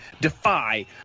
Defy